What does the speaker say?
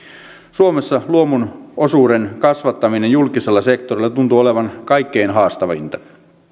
suomessa luomun osuuden kasvattaminen julkisella sektorilla tuntuu olevan kaikkein haastavinta